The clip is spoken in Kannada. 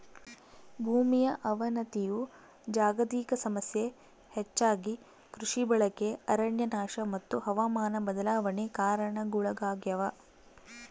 ಭೂಮಿಯ ಅವನತಿಯು ಜಾಗತಿಕ ಸಮಸ್ಯೆ ಹೆಚ್ಚಾಗಿ ಕೃಷಿ ಬಳಕೆ ಅರಣ್ಯನಾಶ ಮತ್ತು ಹವಾಮಾನ ಬದಲಾವಣೆ ಕಾರಣಗುಳಾಗ್ಯವ